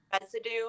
residue